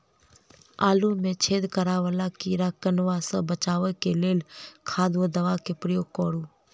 आलु मे छेद करा वला कीड़ा कन्वा सँ बचाब केँ लेल केँ खाद वा दवा केँ प्रयोग करू?